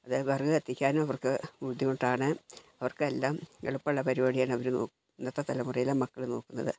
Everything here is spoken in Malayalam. അത് വിറക് കത്തിക്കാനും അവർക്ക് ബുദ്ധിമുട്ടാണ് അവർക്കെല്ലാം എളുപ്പമുള്ള പരിപാടിയാണ് അവർ ഇന്നത്തെ തലമുറയിലെ മക്കൾ നോക്കുന്നത്